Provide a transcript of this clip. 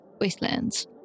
wastelands